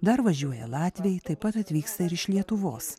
dar važiuoja latviai taip pat atvyksta ir iš lietuvos